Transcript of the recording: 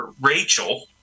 Rachel